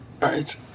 right